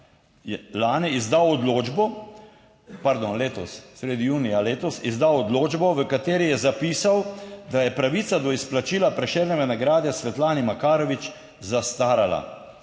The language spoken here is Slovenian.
lani izdal odločbo, pardon, letos, sredi junija letos izdal odločbo, v kateri je zapisal, da je pravica do izplačila Prešernove nagrade Svetlani Makarovič zastarala.